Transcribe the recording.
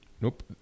Nope